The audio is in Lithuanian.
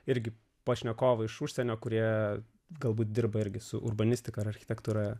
irgi pašnekovai iš užsienio kurie galbūt dirba irgi su urbanistika architektūra